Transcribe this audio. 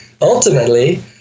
ultimately